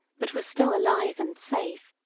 but was still alive and safe.